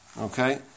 Okay